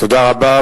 תודה רבה.